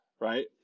right